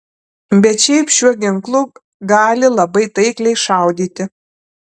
bet šiaip šiuo ginklu gali labai taikliai šaudyti